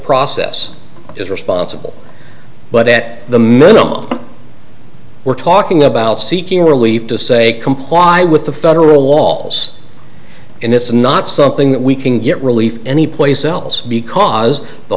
process is responsible but at the minimum we're talking about seeking relief to say comply with the federal laws and it's not something that we can get relief anyplace else because the